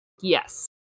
Yes